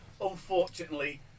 unfortunately